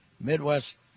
Midwest